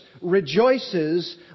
rejoices